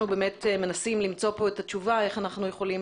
אנחנו מנסים למצוא כאן את התשובה איך אנחנו יכולים